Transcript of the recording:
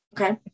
Okay